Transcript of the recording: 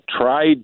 tried